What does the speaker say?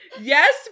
yes